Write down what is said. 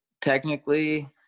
Technically